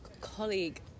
colleague